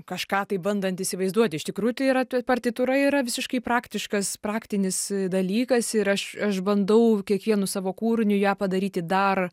kažką tai bandant įsivaizduoti iš tikrųjų tai yra partitūra yra visiškai praktiškas praktinis dalykas ir aš aš bandau kiekvienu savo kūriniu ją padaryti dar